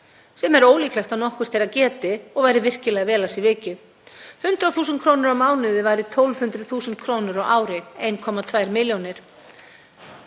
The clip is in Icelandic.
sem er ólíklegt að nokkurt þeirra geti og væri virkilega vel af sér vikið. 100.000 kr. á mánuði væru 1,2 milljónir á ári. 1,2 milljónir